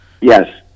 Yes